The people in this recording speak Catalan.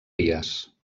vies